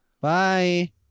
Bye